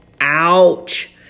Ouch